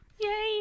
Yay